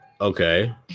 okay